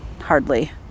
Hardly